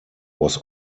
was